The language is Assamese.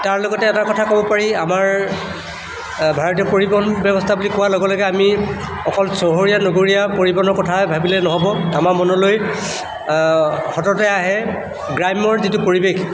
তাৰ লগতে এটা কথা ক'ব পাৰি আমাৰ ভাৰতীয় পৰিবহণ ব্যৱস্থা বুলি কোৱাৰ লগে লগে আমি অকল চহৰীয়া নগৰীয়া পৰিবহণৰ কথা ভাবিলে নহ'ব আমাৰ মনলৈ সততে আহে গ্ৰাম্যৰ যিটো পৰিৱেশ